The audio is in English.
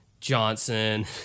Johnson